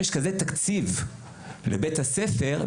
כשיש כזה תקציב לבית הספר,